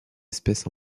espèces